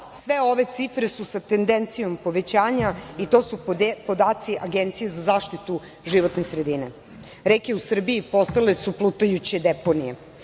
Sve ove cifre su sa tendencijom povećanja i to su podaci Agencije za zaštitu životne sredine. Reke u Srbiji postale su plutajuće deponije.I